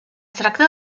tracta